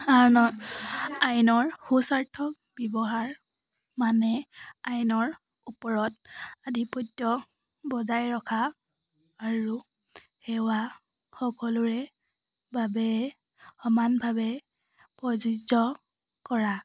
আনৰ আইনৰ সুস্বাৰ্থক ব্যৱহাৰ মানে আইনৰ ওপৰত আধিপত্য বজাই ৰখা আৰু সেৱা সকলোৰে বাবে সমানভাৱে প্ৰযোজ্য কৰা